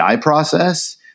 process